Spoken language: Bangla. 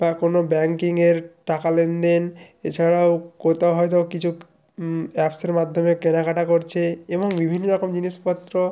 বা কোনো ব্যাংকিংয়ের টাকা লেনদেন এছাড়াও কোথাও হয়তো কিছু অ্যাপ্সের মাধ্যমে কেনাকাটা করছে এবং বিভিন্ন রকম জিনিসপত্র